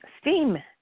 Steam